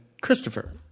Christopher